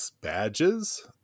badges